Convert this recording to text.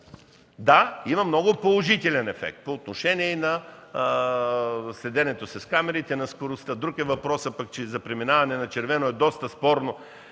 Да, има много положителен ефект по отношение следенето с камерите на скоростта. Друг е въпросът пък, че за преминаване на червено е доста спорно